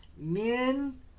Men